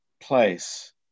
place